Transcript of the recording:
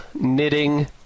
knitting